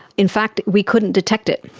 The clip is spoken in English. in fact we couldn't detect it.